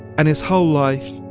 and his whole life,